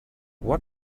what